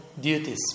duties